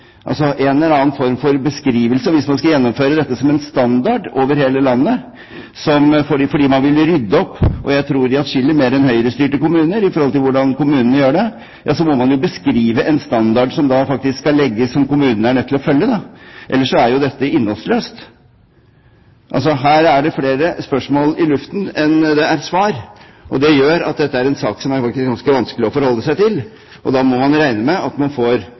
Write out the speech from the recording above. Altså en eller annen form for beskrivelse. Hvis man skal gjennomføre dette som en standard over hele landet fordi man vil rydde opp – jeg tror det gjelder atskillig flere enn de Høyre-styrte kommunene når det gjelder hvordan man gjør det – må man jo beskrive en standard som da kommunene er nødt til å følge. Ellers er jo dette innholdsløst. Så her er det flere spørsmål i luften enn det er svar, og det gjør at dette er en sak som faktisk er ganske vanskelig å forholde seg til. Da må man regne med at man får